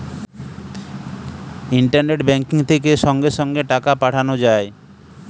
internet banking থেকে সঙ্গে সঙ্গে টাকা পাঠানো যায়